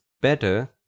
better